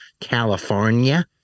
California